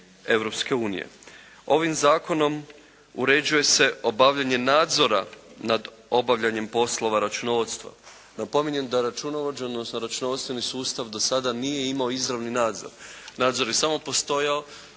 Ovim Zakonom uređuje se obavljanje nadzora nad obavljanjem poslova računovodstva. Napominjem da računovođa, da računovodstveni sustav do sada nije imao izravni nadzor, nadzor je samo postojao